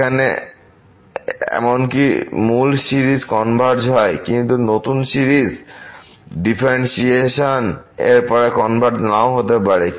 সেখানে এমনকি মূল সিরিজ কনভারজ হয় কিন্তু নতুন সিরিজ ডিফারেন্টশিয়েশন এর পরে কনভারজ নাও হতে পারে